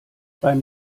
beim